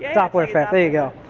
ah doppler effect, there you go,